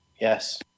Yes